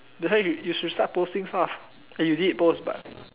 that's why you you should start posting stuff and you did post but